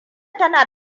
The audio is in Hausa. tana